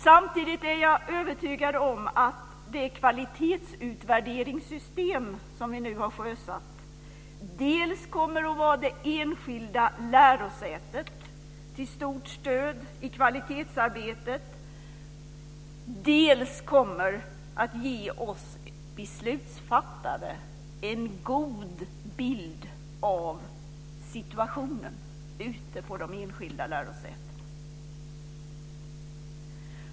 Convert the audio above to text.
Samtidigt är jag övertygad om att det kvalitetsutvärderingssystem som vi nu har sjösatt dels kommer att vara det enskilda lärosätet till stort stöd i kvalitetsarbetet, dels kommer att ge oss beslutsfattare en god bild av situationen ute på de enskilda lärosätena.